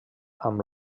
amb